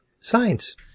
science